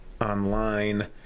online